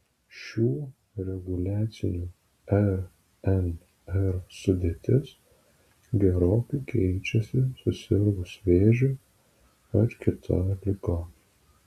šių reguliacinių rnr sudėtis gerokai keičiasi susirgus vėžiu ar kita liga